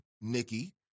Nikki